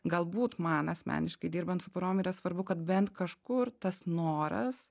galbūt man asmeniškai dirbant su porom yra svarbu kad bent kažkur tas noras